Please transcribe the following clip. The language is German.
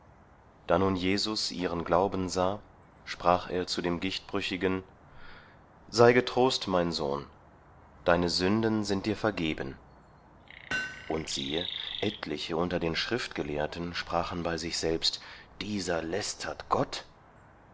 da nun jesus ihren glauben sah sprach er zu dem gichtbrüchigen sei getrost mein sohn deine sünden sind dir vergeben und siehe etliche unter den schriftgelehrten sprachen bei sich selbst dieser lästert gott